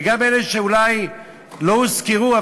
וגם אלה שאולי לא הוזכרו,